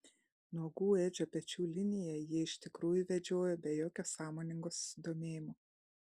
nuogų edžio pečių liniją ji iš tikrųjų vedžiojo be jokio sąmoningo susidomėjimo